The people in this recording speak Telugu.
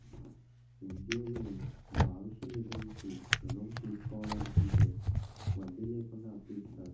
ఉద్యోగులు భవిష్య నిధి నుంచి ఋణం తీసుకోవాలనుకుంటే వడ్డీ లేకుండా అప్పు ఇస్తారు